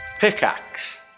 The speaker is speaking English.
Pickaxe